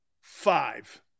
Five